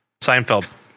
Seinfeld